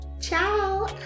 Ciao